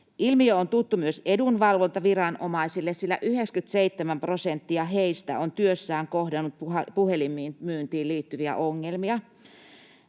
Ilmiö on tuttu myös edunvalvontaviranomaisille, sillä 97 prosenttia heistä on työssään kohdannut puhelinmyyntiin liittyviä ongelmia.